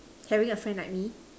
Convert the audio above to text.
having a friend like me